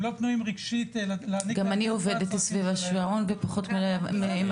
הם לא פנויים רגשית להעניק לילדים שלהם --- גם